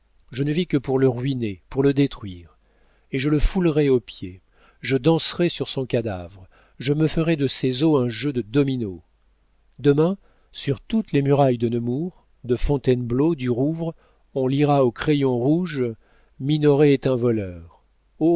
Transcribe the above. je ne vis que pour le ruiner pour le détruire et je le foulerai aux pieds je danserai sur son cadavre je me ferai de ses os un jeu de dominos demain sur toutes les murailles de nemours de fontainebleau du rouvre on lira au crayon rouge minoret est un voleur